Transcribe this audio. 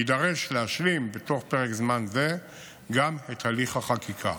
יידרש להשלים בתוך פרק זמן זה גם את הליך החקיקה.